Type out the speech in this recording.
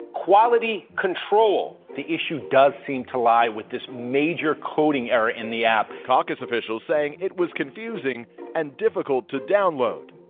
quality control. the issue does seem to lie with this major coding error in the app caucus officials saying it was confusing and difficult to download